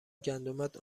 گندمت